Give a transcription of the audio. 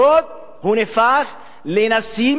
הוא נהפך לנשיא מצרים.